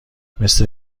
مثل